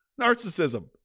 narcissism